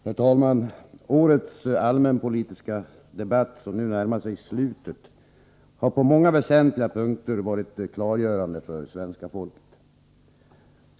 Herr talman! Årets allmänpolitiska debatt, som nu närmar sig slutet, har på många väsentliga punkter varit klargörande för svenska folket.